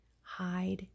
hide